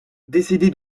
décédé